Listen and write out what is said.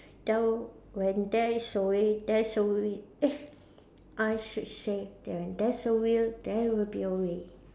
there will when there is a way there is a will eh I should say when there's a will there will be a way